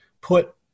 put